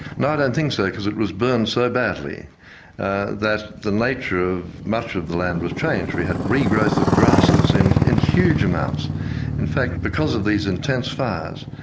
no, i don' think so, because it was burned so badly that the nature of much of the land was changed. we had regrowth of grasses in in huge amounts in fact, because of these intense intense fires,